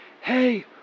hey